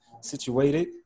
situated